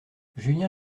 julien